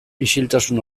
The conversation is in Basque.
isiltasun